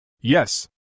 Yes